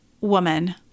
woman